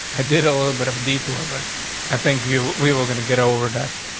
i did a little bit of detour, but i think you we were gonna get over that.